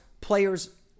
players